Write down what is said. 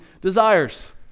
desires